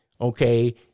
okay